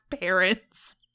parents